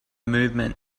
movement